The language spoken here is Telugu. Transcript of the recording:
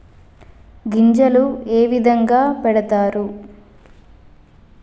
గింజలు ఏ విధంగా పెడతారు?